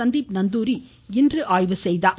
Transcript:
சந்தீப் நந்தூரி இன்று ஆய்வு செய்தார்